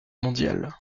mondiale